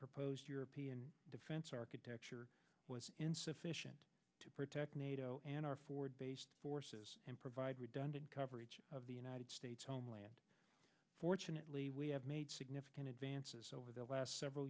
proposed european defense architecture was insufficient to protect nato and our forward based forces and provide redundant coverage of the united states homeland fortunately we have made significant advances over the last several